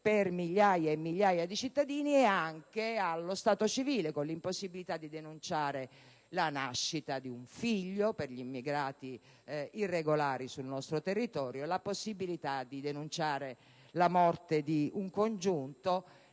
per migliaia e migliaia di cittadini, con l'impossibilità di denunciare la nascita di un figlio per gli immigrati irregolari sul nostro territorio, l'impossibilità di denunciare la morte di un congiunto,